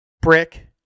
Brick